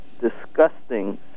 disgusting